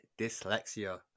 dyslexia